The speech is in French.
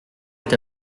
est